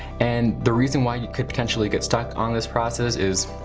and the reason why you could potentially get stuck on this process is,